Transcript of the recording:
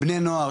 בני נוער,